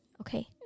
Okay